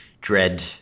dread